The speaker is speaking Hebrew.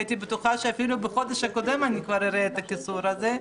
הייתי בטוחה שאפילו בחודש הקודם אני כבר אראה את הקיצור הזה.